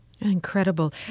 Incredible